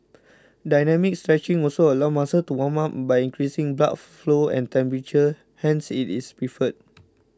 dynamic stretching also allows muscles to warm up by increasing blood flow and temperature hence it is preferred